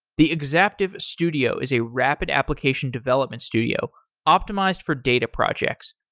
the exaptive studio is a rapid application development studio optimized for data projects.